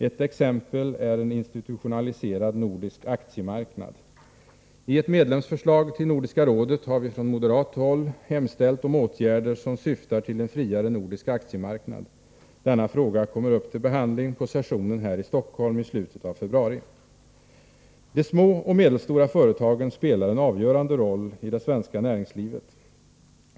Ett exempel är en institutionaliserad nordisk aktiemarknad. I ett medlemsförslag till Nordiska rådet har vi från moderat håll hemställt om åtgärder som syftar till en friare nordisk aktiemarknad. Denna fråga kommer upp till behandling på sessionen här i Stockholmi slutet av februari. De små och medelstora företagen spelar en avgörande roll i det svenska näringslivet.